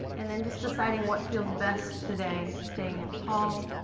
and then just deciding what feels best today, staying up tall,